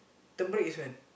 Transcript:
term break is when